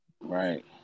Right